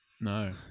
No